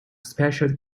special